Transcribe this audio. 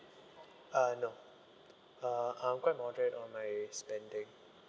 uh no uh I'm quite moderate on my spending